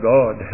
God